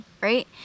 right